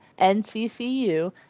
NCCU